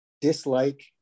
dislike